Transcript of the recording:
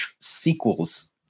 sequels